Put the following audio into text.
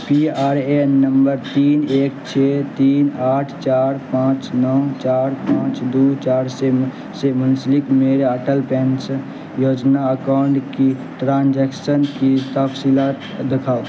P R A N نمبر تین ایک چھ تین آٹھ چاڑ پانچ نو چاڑ پانچ دو چار سے سے منسلک میرے اٹل پینسن یوجنا اکاؤنٹ کی ٹرانجیکشن کی تفصیلات دکھاؤ